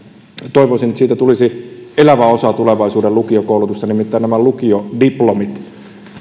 toivoisin että siitä tulisi elävä osa tulevaisuuden lukiokoulutusta nimittäin nämä lukiodiplomit